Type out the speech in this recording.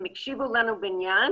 הם הקשיבו לנו בעניין,